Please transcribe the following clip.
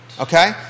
Okay